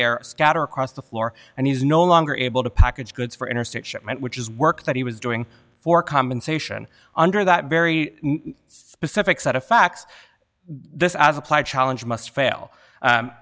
air scatter across the floor and he's no longer able to package goods for interstate shipment which is work that he was doing for compensation under that very specific set of facts this as applied challenge must fail